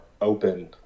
open